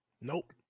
Nope